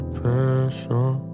pressure